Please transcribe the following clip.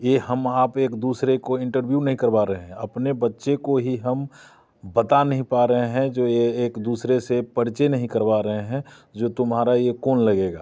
ये हम आप एक दूसरे को इंटरव्यूह नहीं करवा रहे हैं अपने बच्चे को ही हम बता नहीं पा रहे हैं जो ये एक दूसरे से परिचय नहीं करवा रहे हैं जो तुम्हारा ये कौन लगेगा